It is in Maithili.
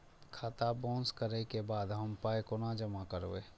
खाता बाउंस करै के बाद हम पाय कोना जमा करबै?